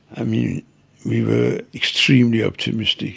ah mean, we were extremely optimistic